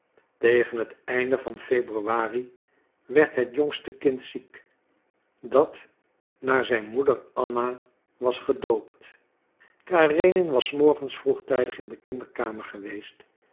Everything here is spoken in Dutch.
tegen het einde van februari werd het jongste kind ziek dat naar zijn moeder anna was gedoopt karenin was s morgens vroegtijdig in de kinderkamer geweest